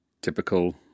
Typical